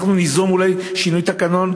אנחנו ניזום אולי שינוי תקנון,